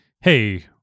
hey